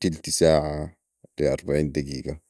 تلت ساعه لي اربعين دقيقة